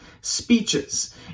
speeches